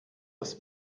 das